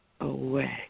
away